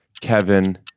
kevin